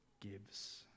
gives